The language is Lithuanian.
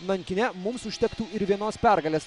nankine mums užtektų ir vienos pergalės